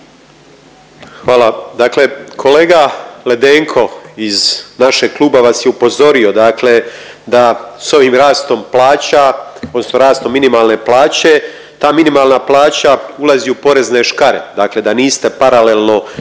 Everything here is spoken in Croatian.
Hvala. Dakle kolega Ledenko iz našeg kluba vas je upozorio dakle da s ovim rastom plaća odnosno rastom minimalne plaće, ta minimalna plaća ulazi u porezne škare. Dakle da niste paralelno